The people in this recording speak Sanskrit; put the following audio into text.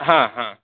हा हा